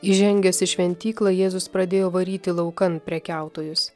įžengęs į šventyklą jėzus pradėjo varyti laukan prekiautojus